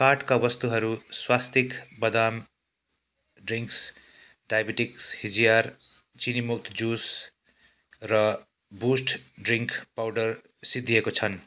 कार्टका वस्तुहरू स्वास्तिक बदाम drinks diabetics हिजियार चिनीमुक्त जुस र बुस्ट ड्रिन्क पाउडर सिद्धिएको छन्